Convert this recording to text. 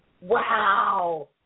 Wow